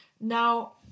Now